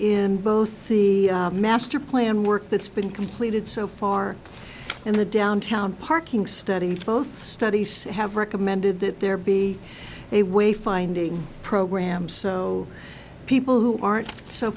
in both the master plan work that's been completed so far in the downtown parking study both studies have recommended that there be a way finding program so people who aren't so